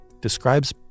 describes